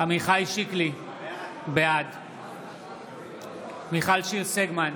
עמיחי שיקלי, בעד מיכל שיר סגמן,